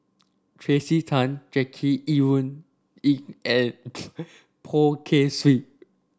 Tracey Tan Jackie Yi Ru Ying and Poh Kay Swee